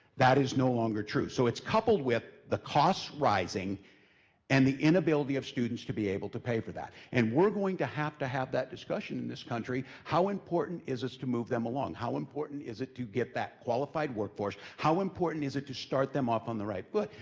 that is no longer true. so it's coupled with the costs rising and the inability of students to be able to pay for that. and we're going to have to have that discussion in this country, how important is this to move them along? how important is it to get that qualified workforce? how important is it to start them off on the right foot?